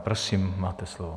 Prosím, máte slovo.